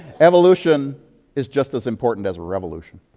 evolution is just as important as a revolution.